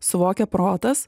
suvokia protas